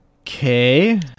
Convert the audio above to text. okay